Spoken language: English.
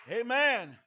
Amen